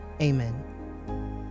Amen